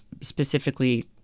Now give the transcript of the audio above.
specifically